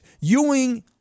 Ewing